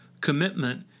Commitment